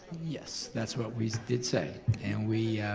yes, that's what we did say and we